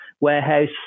warehouse